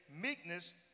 meekness